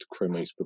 chromates